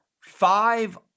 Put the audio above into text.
five